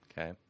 Okay